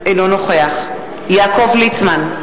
אינו נוכח יעקב ליצמן,